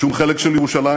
בשום חלק של ירושלים,